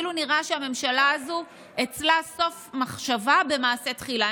נראה שאצל הממשלה הזו סוף מחשבה במעשה תחילה,